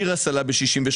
תירס עלה ב-63%,